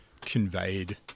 conveyed